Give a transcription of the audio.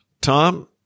Tom